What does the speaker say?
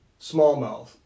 smallmouth